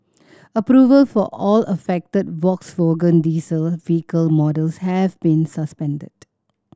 approval for all affected Volkswagen diesel vehicle models have been suspended